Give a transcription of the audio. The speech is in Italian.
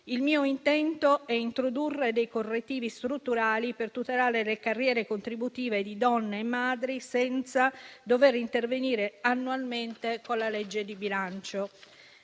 Il mio intento è introdurre dei correttivi strutturali per tutelare le carriere contributive di donne e madri, senza dover intervenire annualmente con la legge di bilancio.